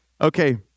Okay